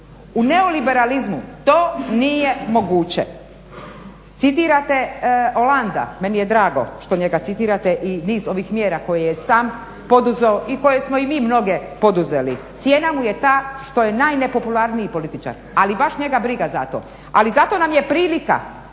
u neoliberalizmu to nije moguće. Citirate Olanda, meni je drago što njega citirate i niz ovih mjera koje je sam poduzeo i koje smo i mi mnoge poduzeli. Cijena mu je ta što je najnepopularniji političar, ali baš njega briga za to. Ali zato nam je prilika